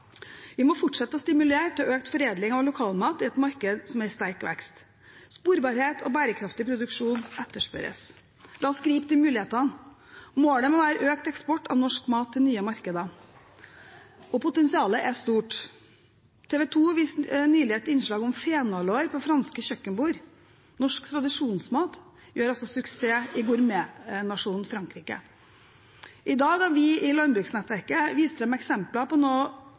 Vi må fortsette å stimulere til økt foredling av lokalmat i et marked som er i sterk vekst. Sporbarhet og bærekraftig produksjon etterspørres. La oss gripe de mulighetene. Målet må være økt eksport av norsk mat til nye markeder. Potensialet er stort. TV 2 viste nylig et innslag om fenalår på franske kjøkkenbord. Norsk tradisjonsmat gjør altså suksess i gourmetnasjonen Frankrike. I dag har vi i landbruksnettverket vist fram eksempler på noe